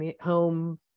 home